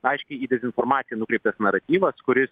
aiškiai į dezinformciją nukreiptas naratyvas kuris